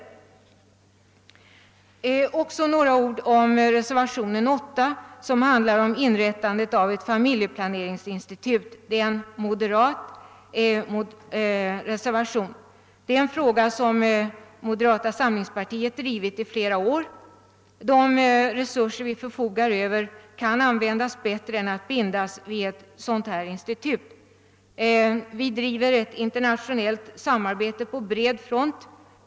Jag vill också säga några ord om reservationen 8, som handlar om inrättandet av ett familjeplaneringsinstitut. Det är en moderat reservation. Den gäller ett förslag som moderata samlingspartiet har framfört flera år. De resurser vi förfogar över kan användas bättre än genom att bindas vid ett sådant här institut. Vi bedriver ett internationellt samarbete på bred front.